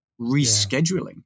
rescheduling